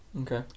Okay